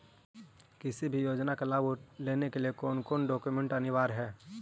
किसी भी योजना का लाभ लेने के लिए कोन कोन डॉक्यूमेंट अनिवार्य है?